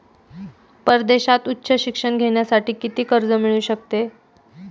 परदेशात उच्च शिक्षण घेण्यासाठी किती कर्ज मिळू शकते?